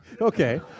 Okay